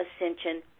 ascension